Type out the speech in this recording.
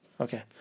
Okay